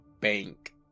bank